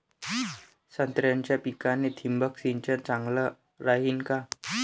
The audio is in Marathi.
संत्र्याच्या पिकाले थिंबक सिंचन चांगलं रायीन का?